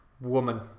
woman